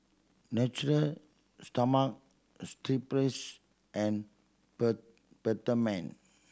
Natura Stoma strip place and per Peptamen